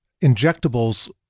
injectables